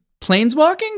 planeswalking